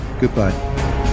Goodbye